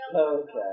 Okay